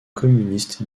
communistes